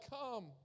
come